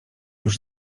już